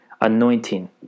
Anointing